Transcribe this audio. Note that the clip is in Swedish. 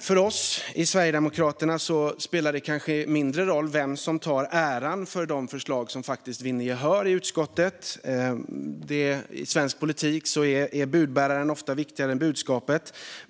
För oss i Sverigedemokraterna spelar det kanske mindre roll vem som tar äran för de förslag som faktiskt vinner gehör i utskottet. I svensk politik är budbäraren ofta viktigare än budskapet.